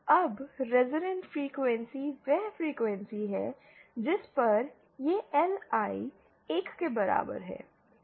अब resonant frequency वह frequency है जिस पर यह LI 1 के बराबर है